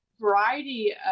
variety